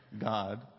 God